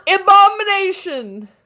abomination